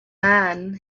man